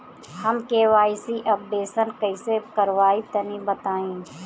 हम KYC updation कइसे करवाई तनि बताई?